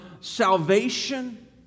salvation